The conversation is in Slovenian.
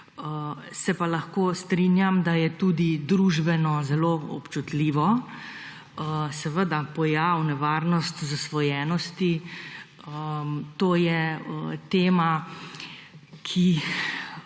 se pa lahko strinjam, da je tudi družbeno zelo občutljivo. Pojav, nevarnost zasvojenosti, to je tema, v